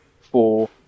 four